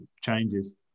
changes